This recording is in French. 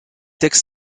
textes